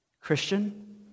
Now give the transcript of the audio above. Christian